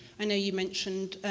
i know you mentioned